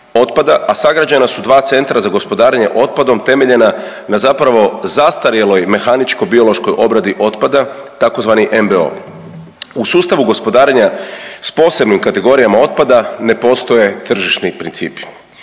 a sagrađena su 2 centra za gospodarenje otpadom temeljena na zapravo zastarjeloj mehaničko-biološkoj obradi otpada tzv. NBO. U sustavu gospodarenja s posebnim kategorijama otpada ne postoje tržišni principi,